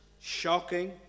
shocking